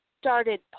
started